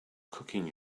cooking